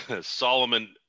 Solomon